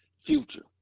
Future